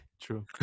True